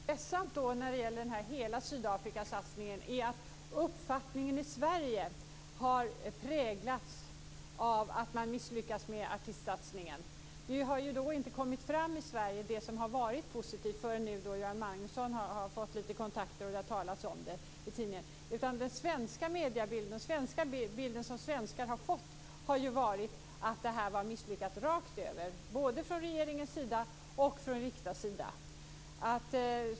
Fru talman! Vad som är ledsamt när det gäller hela den här Sydafrikasatsningen är att uppfattningen i Sverige har präglats av att man har misslyckats med artistsatsningen. Det har i Sverige inte kommit fram vad som har varit positivt förrän Göran Magnusson nu har fått lite kontakter, och det har talats lite om det i tidningarna. Den bild som svenskar har fått har varit att det här var misslyckat rakt över, både från regeringens sida och från Riktas sida.